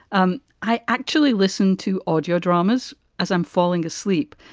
um i actually listen to audio dramas as i'm falling asleep.